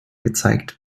gezeigt